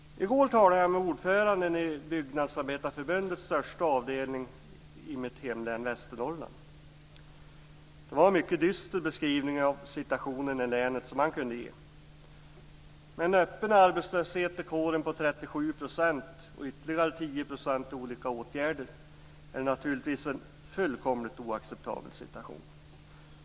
I går talade jag med ordföranden i Byggnadsarbetareförbundets största avdelning i mitt hemlän Västernorrland. Det var en mycket dyster beskrivning av situationen i länet som han kunde ge. Med en öppen arbetslöshet i kåren på 37 % och ytterligare 10 % i olika åtgärder är det naturligtvis en fullkomligt oacceptabel situation.